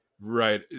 Right